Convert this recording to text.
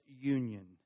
union